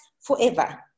forever